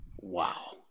Wow